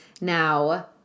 now